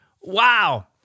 Wow